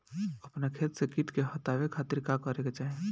अपना खेत से कीट के हतावे खातिर का करे के चाही?